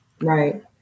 Right